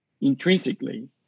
intrinsically